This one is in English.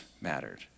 mattered